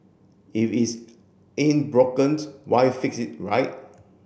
if it's ain't broken why fix it right